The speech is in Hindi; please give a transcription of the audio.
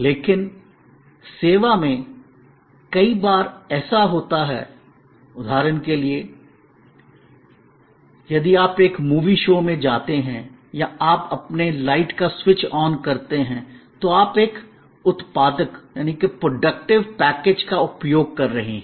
लेकिन सेवा में कई बार ऐसा होता है उदाहरण के लिए यदि आप एक मूवी शो में जाते हैं या आप अपने लाइट का स्विच ऑन करते हैं तो आप एक उत्पादक प्रॉडक्टिव पैकेज का उपयोग कर रहे हैं